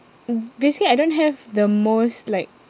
mm basically I don't have the most like